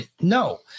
no